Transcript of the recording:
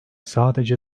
sadece